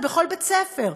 ובכל בית-ספר.